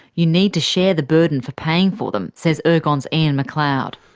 you need to share the burden for paying for them, says ergon's ian mcleod.